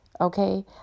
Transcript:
okay